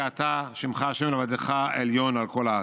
וידעו כי אתה שמך ה' לבדך עליון על כל הארץ".